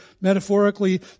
Metaphorically